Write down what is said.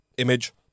image